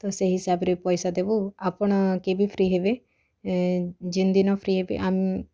ତ ସେ ହିସାବରେ ପଇସା ଦେବୁ ଆପଣ କେବେ ଫ୍ରି ହେବେ ଯେନ ଯଦି ନ ଫ୍ରି ହେବେ ଆମୁ